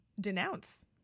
denounce